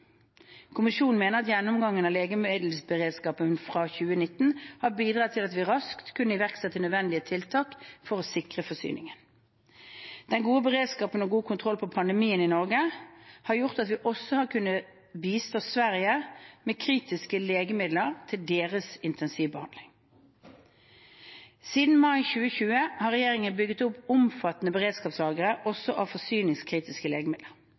Kommisjonen mener at gjennomgangen av legemiddelberedskapen fra 2019 har bidratt til at vi raskt kunne iverksette nødvendige tiltak for å sikre forsyningen. Den gode beredskapen og god kontroll på pandemien i Norge har gjort at vi også har kunnet bistå Sverige med kritiske legemidler til deres intensivbehandling. Siden mai 2020 har regjeringen bygget opp omfattende beredskapslagre også av forsyningskritiske legemidler.